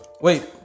Wait